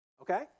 Okay